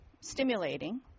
stimulating